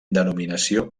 denominació